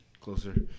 closer